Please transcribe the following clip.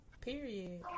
Period